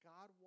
God